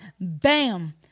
bam